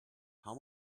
how